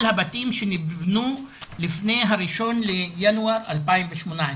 הבתים שניבנו לפני ה-1 לינואר.2018.